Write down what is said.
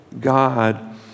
God